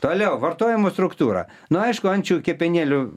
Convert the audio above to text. toliau vartojimo struktūra nu aišku ančių kepenėlių